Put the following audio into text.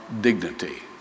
dignity